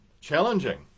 challenging